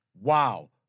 Wow